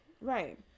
right